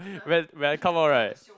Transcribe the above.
when when I come out right